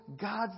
God's